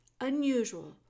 unusual